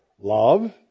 love